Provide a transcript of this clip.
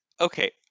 okay